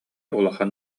улахан